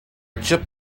chip